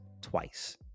twice